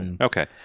okay